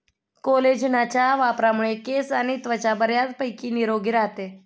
कोलेजनच्या वापरामुळे केस आणि त्वचा बऱ्यापैकी निरोगी राहते